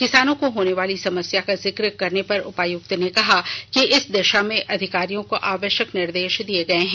किसानों को होने वाली समस्या का जिक्र करने पर उपायुक्त ने कहा कि इस दिशा में अधिकारियों को आवश्यक निर्देश दिए गए हैं